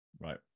Right